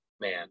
man